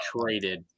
traded